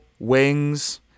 Wings